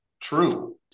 true